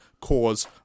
cause